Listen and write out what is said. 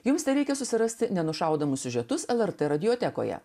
jums tereikia susirasti nenušaudamus siužetus lrt radiotekoje